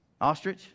Ostrich